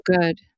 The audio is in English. good